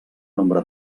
nombre